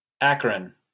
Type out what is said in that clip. Akron